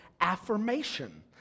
affirmation